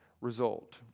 result